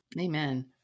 Amen